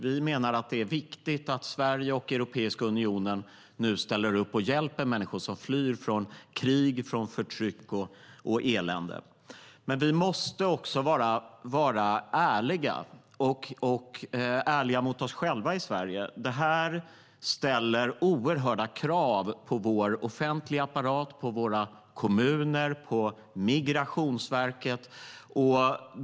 Vi menar att det är viktigt att Sverige och Europeiska unionen nu ställer upp och hjälper människor som flyr från krig, förtryck och elände. Men vi i Sverige måste också vara ärliga mot oss själva. Det här ställer oerhörda krav på vår offentliga apparat, på våra kommuner och på Migrationsverket.